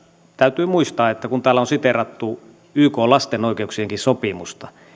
täytyy muistaa kun täällä on siteerattu ykn lapsen oikeuksien sopimustakin